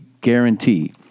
guarantee